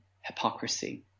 hypocrisy